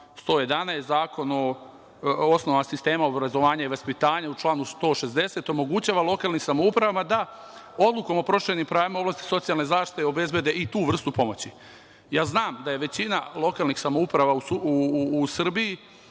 111. Zakona o osnovama sistema obrazovanja i vaspitanja, u članu 160. – omogućava lokalnim samoupravama da odlukom o proširenim pravima u oblasti socijalne zaštite obezbede i tu vrstu pomoći. Znam da je većina lokalnih samouprava u Srbiji